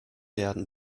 werden